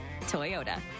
Toyota